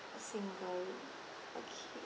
single okay